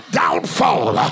downfall